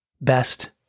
best